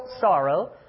sorrow